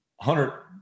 hundred